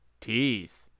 teeth